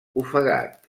ofegat